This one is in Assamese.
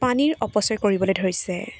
পানীৰ অপচয় কৰিবলৈ ধৰিছে